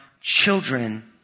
children